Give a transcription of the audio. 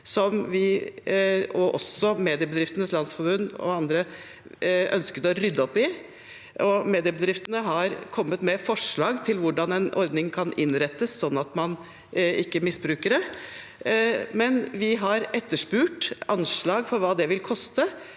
som vi, Mediebedriftenes Landsforbund og andre har ønsket å rydde opp i. Mediebedriftene har kommet med forslag til hvordan en ordning kan innrettes slik at man ikke misbruker den. Vi har spurt Finansdepartementet om anslag for hva det vil koste,